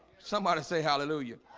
somebody say hallelujah